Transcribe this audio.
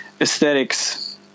aesthetics